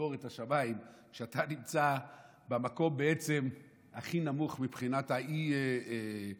לסגור את השמיים כשאתה נמצא במקום הכי נמוך מבחינת האי-הדבקה.